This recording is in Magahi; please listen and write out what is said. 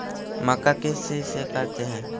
मक्का किस चीज से करते हैं?